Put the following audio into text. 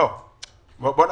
דייק